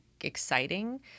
exciting